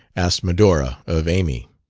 asked medora of amy.